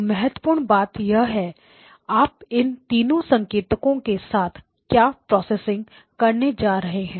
तो महत्वपूर्ण बात यह है आप इन तीन संकेतों के साथ क्या प्रोसेसिंग करने जा रहे हैं